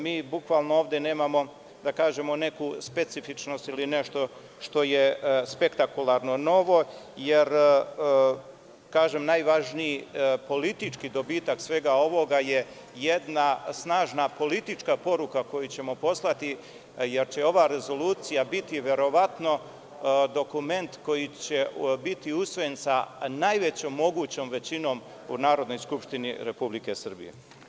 Mi bukvalno ovde nemamo neku specifičnost ili nešto što je spektakularno novo, jer najvažniji politički dobitak svega ovoga je jedna snažna politička poruka koju ćemo poslati, jer će ova rezolucija biti verovatno dokument koji će biti usvojen sa najvećom mogućom većinom u Narodnoj skupštini Republike Srbije.